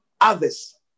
others